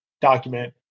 document